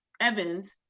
Evans